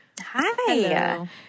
Hi